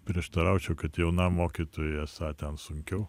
prieštaraučiau kad jaunam mokytojui esą ten sunkiau